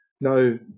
no